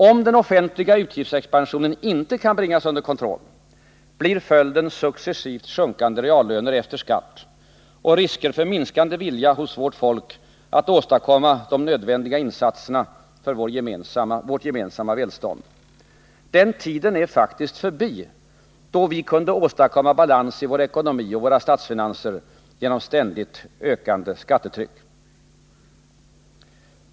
Om den offentliga utgiftsexpansionen inte kan bringas under kontroll, blir följden successivt sjunkande reallöner efter skatt och risker för minskande vilja hos vårt folk att åstadkomma de nödvändiga insatserna för vårt gemensamma välstånd. Den tiden är faktiskt förbi då vi kunde åstadkomma balans i vår ekonomi och våra statsfinanser genom ständigt ökande skattetryck.